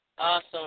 Awesome